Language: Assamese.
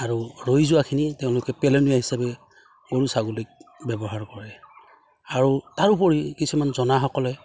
আৰু ৰৈ যোৱাখিনি তেওঁলোকে পেলনীয়া হিচাপে গৰু ছাগলীক ব্যৱহাৰ কৰে আৰু তাৰোপৰি কিছুমান জনাসকলে